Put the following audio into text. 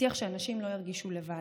שתבטיח שאנשים לא ירגישו לבד,